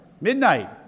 Midnight